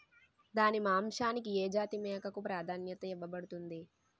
దాని మాంసానికి ఏ జాతి మేకకు ప్రాధాన్యత ఇవ్వబడుతుంది?